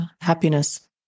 happiness